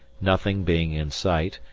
nothing being in sight,